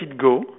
go